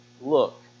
look